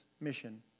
mission